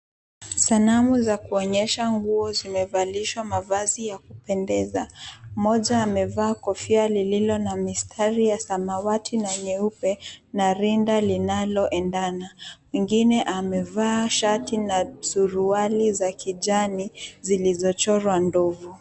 Sanamu za kuonyesha nguo zimevalishwa nguo zimevalishwa mavazi ya kupendeza. Mmoja amevaa kofia lililo na mistari ya samawati na nyeupe na rinda linaloendana. Mwingine amevaa shati na suruali za kijani zilizochorwa ndovu.